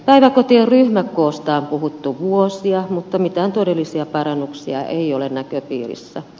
päiväkotien ryhmäkoosta on puhuttu vuosia mutta mitään todellisia parannuksia ei ole näköpiirissä